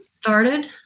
started